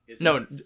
No